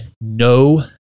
no